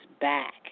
back